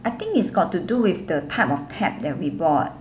I think it's got to do with the type of tap that we bought